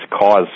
cause